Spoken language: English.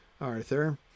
Arthur